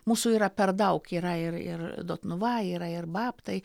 mūsų yra per daug yra ir ir dotnuva yra ir babtai